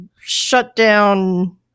shut-down